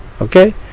Okay